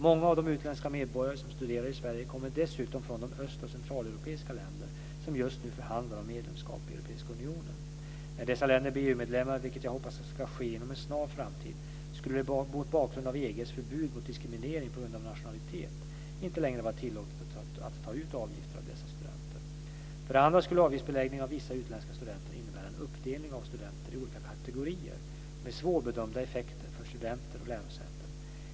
Många av de utländska medborgare som studerar i Sverige kommer dessutom från de öst och centraleuropeiska länder som just nu förhandlar om medlemskap i Europeiska unionen. När dessa länder blir EU-medlemmar, vilket jag hoppas ska ske inom en snar framtid, skulle det mot bakgrund av EG:s förbud mot diskriminering på grund av nationalitet inte längre vara tillåtet att ta ut avgifter av dessa studenter. För det andra skulle en avgiftsbeläggning av vissa utländska studenter innebära en uppdelning av studenter i olika kategorier med svårbedömda effekter för studenter och lärosäten.